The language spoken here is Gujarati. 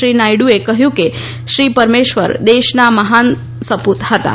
શ્રી નાયડુએ કહ્યું કે શ્રી પરમેશ્વર દેશના મહાન સપૂત હતાં